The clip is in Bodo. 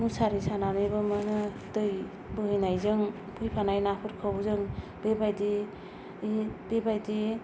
मुसारि सानानैबो मोनो दै बोहैनायजों फैफानाय नाफोरखौ जों बेबायदि बेबायदि